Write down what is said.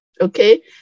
Okay